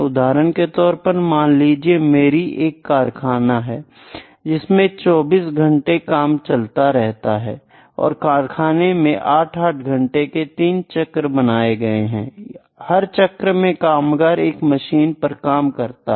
उदाहरण के तौर पर मान लीजिए मेरी एक कारखाना है जिसमें दिन के 24 घंटे काम चलता रहता है और कारखाने में 8 8 घंटे के तीन चक्र बनाए गए हैं और हर चक्र में कामगार एक मशीन पर काम करता है